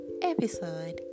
Episode